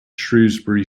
shrewsbury